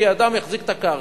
כי אדם יחזיק את הקרקע,